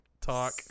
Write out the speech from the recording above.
talk